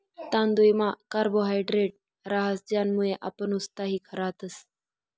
तांदुयमा कार्बोहायड्रेट रहास ज्यानामुये आपण उत्साही रातस